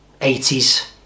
80s